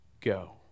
go